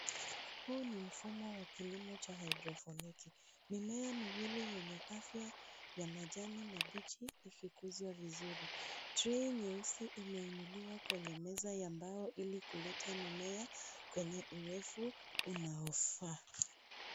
Huu ni mfumo wa kilimo cha hidroponiki. Mimea miwili yenye afya ya majani mabichi ikikuzwa vizuri. Tray nyeusi imeinuliwa kwenye meza ya mbao ili kuleta mimea kwenye urefu unaofaa.